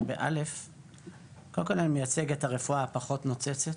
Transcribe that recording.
שקודם כל אני מייצג את הרפואה הפחות נוצצת